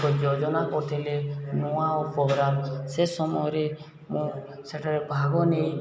ଯୋଜନା କରିଥିଲେ ନୂଆ ଓ ପ୍ରୋଗ୍ରାମ୍ ସେ ସମୟରେ ମୁଁ ସେଠାରେ ଭାଗ ନେଇ